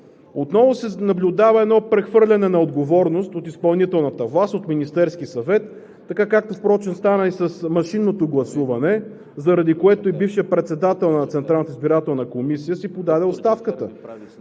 Отново се наблюдава прехвърляне на отговорност от изпълнителната власт, от Министерския съвет, така както впрочем стана и с машинното гласуване, заради което и бившият председател на Централната избирателна комисия си подаде оставката.